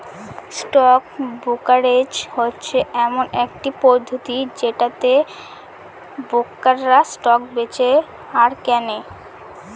stock brokerage হচ্ছে এমন একটি পদ্ধতি যেটাতে ব্রোকাররা স্টক বেঁচে আর কেনে